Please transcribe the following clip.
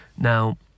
Now